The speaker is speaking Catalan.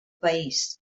país